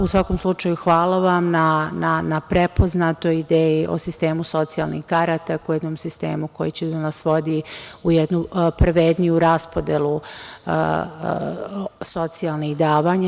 U svakom slučaju hvala vam na prepoznatoj ideji o sistemu socijalnih karata, o jednom sistemu koji će da nas vodi u jednu pravedniju raspodelu socijalnih davanja.